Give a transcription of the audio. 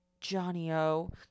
Johnny-o